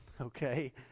Okay